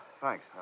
thanks